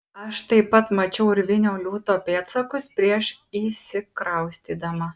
aš taip pat mačiau urvinio liūto pėdsakus prieš įsikraustydama